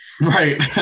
Right